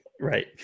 Right